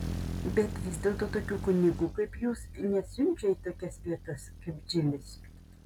bet vis dėlto tokių kunigų kaip jūs nesiunčia į tokias vietas kaip džilis